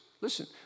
Listen